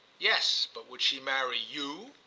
yes, but would she marry you?